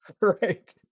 Right